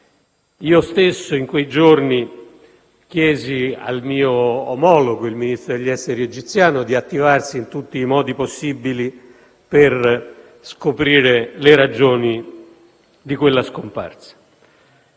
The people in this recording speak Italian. Io stesso, in quei giorni chiesi al mio omologo, il Ministro degli affari esteri egiziano, di attivarsi in tutti i modi possibili per scoprire le ragioni di quella scomparsa.